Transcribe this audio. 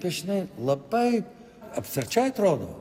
piešiniai labai abstrakčiai atrodo